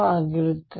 ಆಗಿರುತ್ತದೆ